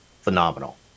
phenomenal